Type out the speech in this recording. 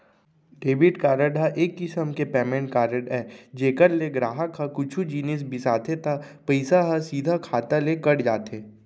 debit card ह एक किसम के पेमेंट कारड अय जेकर ले गराहक ह कुछु जिनिस बिसाथे त पइसा ह सीधा खाता ले कट जाथे